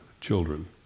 children